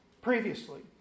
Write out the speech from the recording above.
previously